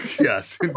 yes